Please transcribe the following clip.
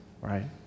right